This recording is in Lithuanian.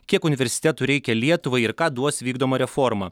kiek universitetų reikia lietuvai ir ką duos vykdoma reforma